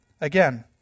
again